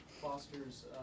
fosters